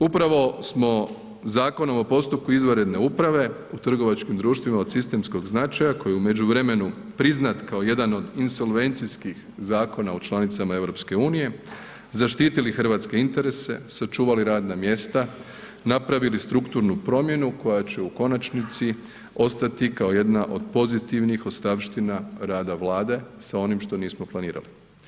Upravo smo Zakonom o postupku izvanredne uprave u trgovačkog društvima od sistemskog značaja koji je u međuvremenu priznat kao jedan od insolvencijskih zakona u članicama EU-a, zaštitili hrvatske interese, sačuvali radna mjesta, napravili strukturnu promjenu koja će u konačnici ostati kao jedna od pozitivnih ostavština rada Vlade sa onim što nismo planirali.